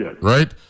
right